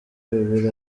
bibiri